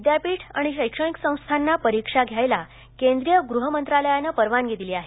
विद्यापीठ आणि शैक्षणिक संस्थांना परीक्षा घ्यायला केंद्रीय गृह मंत्रालयानं परवानगी दिली आहे